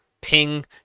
ping